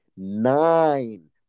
nine